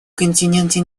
континенте